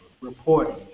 reporting